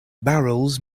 barrels